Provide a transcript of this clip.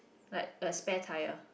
like a spare tyre